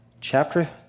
chapter